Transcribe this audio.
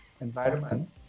environment